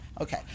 Okay